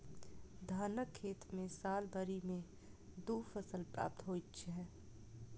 धानक खेत मे साल भरि मे दू फसल प्राप्त होइत छै